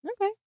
Okay